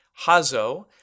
Hazo